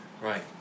Right